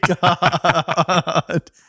God